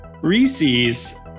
Reese's